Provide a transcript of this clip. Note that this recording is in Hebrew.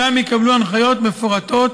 ושם יקבלו הנחיות מפורטות